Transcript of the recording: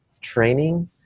training